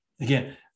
again